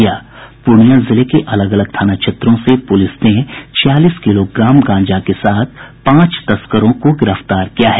पूर्णिया जिले के अलग अलग थाना क्षेत्रों से पुलिस ने छियालीस किलोग्राम गांजा के साथ पांच तस्करों को गिरफ्तार किया है